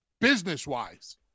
business-wise